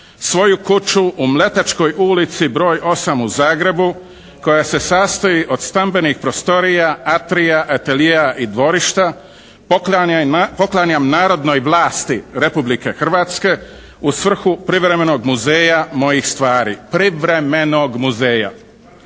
"Svoju kuću u Mletačkoj ulici br. 8 u Zagrebu koja se sastoji od stambenih prostorija, atrija, atelijea i dvorišta poklanjam narodnoj vlasti Republike Hrvatske u svrhu privremenog muzeja mojih stvari.", privremenog muzeja.